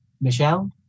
michelle